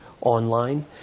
online